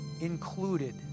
included